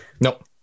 Nope